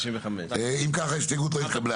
אם ככה ההסתייגות לא התקבלה.